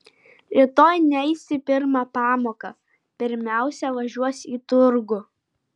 rytoj neis į pirmą pamoką pirmiausia važiuos į turgų